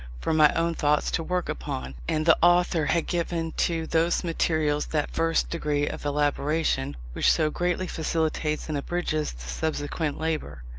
for my own thoughts to work upon and the author had given to those materials that first degree of elaboration, which so greatly facilitates and abridges the subsequent labour.